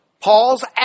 Paul's